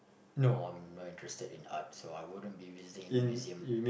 no I'm not interested in art so I wouldn't be visiting any museum